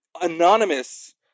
anonymous